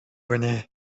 کنه